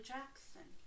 Jackson